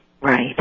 Right